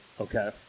Okay